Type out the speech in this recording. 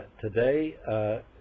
Today